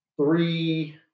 Three